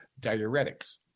diuretics